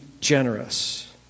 generous